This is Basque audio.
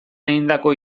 egindako